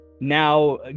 now